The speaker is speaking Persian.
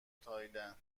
تایلند